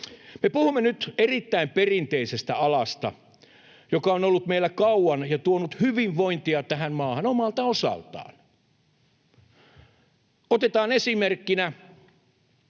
Me puhumme nyt erittäin perinteisestä alasta, joka on ollut meillä kauan ja tuonut hyvinvointia tähän maahan omalta osaltaan. Otetaan esimerkkinä